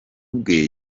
bwe